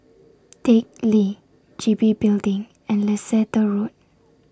Teck Lee G B Building and Leicester Road